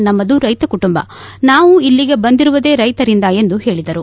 ನಮ್ನದು ರೈತ ಕುಟುಂಬ ನಾವು ಇಲ್ಲಗೆ ಬಂದಿರುವುದೇ ರೈತರಿಂದ ಎಂದು ಹೇಳಿದರು